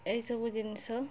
ଏଇ ସବୁ ଜିନିଷ